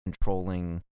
controlling